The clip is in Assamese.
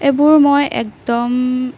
এইবোৰ মই একদম